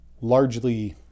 largely